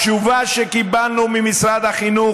התשובה שקיבלנו ממשרד החינוך,